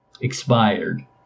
expired